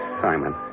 Simon